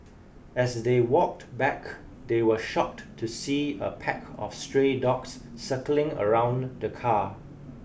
as they walked back they were shocked to see a pack of stray dogs circling around the car